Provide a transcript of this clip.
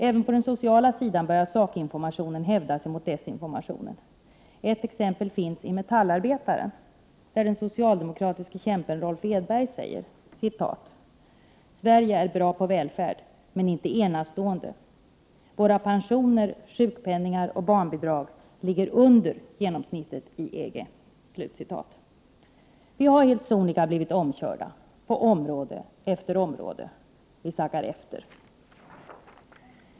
Även på den sociala sidan börjar sakinformationen hävda sig mot desinformationen. Ett exempel finns i tidningen Metallarbetaren, där den socialdemokratiska kämpen Rolf Edberg säger: ”Sverige är bra på välfärd, men inte enastående. Våra pensioner, sjukpenningar och barnbidrag ligger under genomsnittet i EG.” Vi har helt sonika blivit omkörda på område efter område. Vi sackar efter.